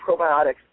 probiotics